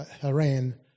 haran